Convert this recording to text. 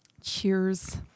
Cheers